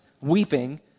weeping